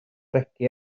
regi